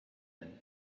him